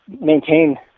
maintain